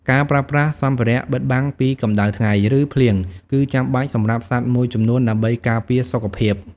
ការប្រើប្រាស់សម្ភារៈបិទបាំងពីកម្តៅថ្ងៃ ឬភ្លៀងគឺចាំបាច់សម្រាប់សត្វមួយចំនួន ដើម្បីការពារសុខភាព។